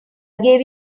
gave